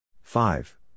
Five